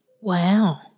Wow